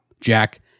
Jack